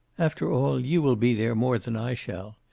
after all, you will be there more than i shall.